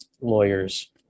lawyers